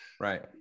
Right